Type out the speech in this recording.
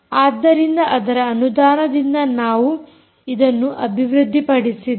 ಆದ್ದರಿಂದ ಅದರ ಅನುದಾನದಿಂದ ನಾವು ಇದನ್ನು ಅಭಿವೃದ್ದಿಪಡಿಸಿದ್ದೇವೆ